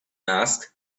asked